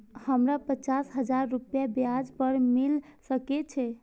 हमरा पाँच हजार रुपया ब्याज पर मिल सके छे?